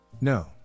No